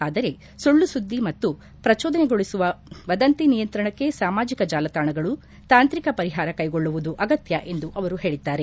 ಆದರೆ ಸುಳ್ಳು ಸುದ್ದಿ ಮತ್ತು ಪ್ರಚೋದನೆಗೊಳಿಸುವ ವದಂತಿ ನಿಯಂತ್ರಣಕ್ಕೆ ಸಾಮಾಜಿಕ ಜಾಲತಾಣಗಳು ತಾಂತ್ರಿಕ ಪರಿಹಾರ ಕೈಗೊಳ್ಳುವುದು ಅಗತ್ತ ಎಂದು ಅವರು ಹೇಳಿದ್ದಾರೆ